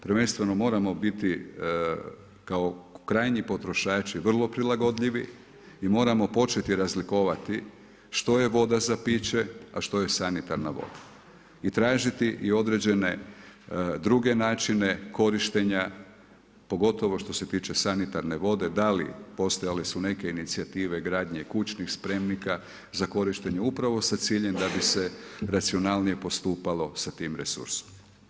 Prvenstveno moramo biti kao krajnji potrošači vrlo prilagodljivi i moramo početi razlikovati što je voda za piće, a što je sanitarna voda i tražiti određene druge načine korištenja, pogotovo što se tiče sanitarne vode da li postojale su neke inicijative gradnje kućnih spremnika za korištenje upravo sa ciljem da bi se racionalnije postupalo sa tim resursom.